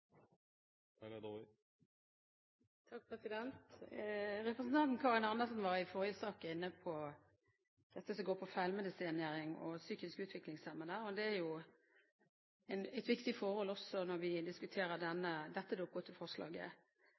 Representanten Karin Andersen var i forrige sak inne på feilmedisinering og psykisk utviklingshemmede. Det er et viktig forhold også når vi diskuterer dette Dokument nr. 8-forslaget. Komiteen har også vært opptatt av dette